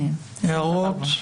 הערות?